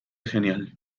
genial